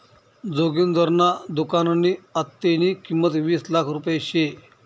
जोगिंदरना दुकाननी आत्तेनी किंमत वीस लाख रुपया शे